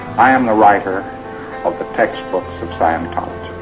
i am the writer of the textbooks of scientology.